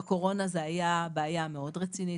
בקורונה זאת הייתה בעיה מאוד רצינית.